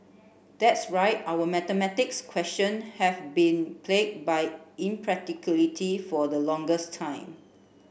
that's right our mathematics question have been plagued by impracticality for the longest time